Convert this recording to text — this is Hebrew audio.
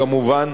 כמובן,